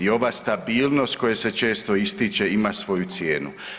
I ova stabilnost koje se često ističe ima svoju cijenu.